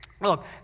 Look